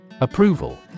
Approval